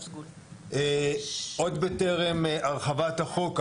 עוד בטרם הרחבת החוק,